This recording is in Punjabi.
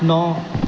ਨੌ